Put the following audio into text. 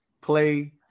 play